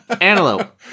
Antelope